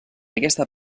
aquesta